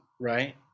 Right